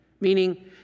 Meaning